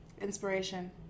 Inspiration